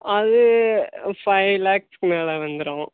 அது ஃபைவ் லேக்ஸுக்கு மேலே வந்துரும்